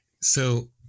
So-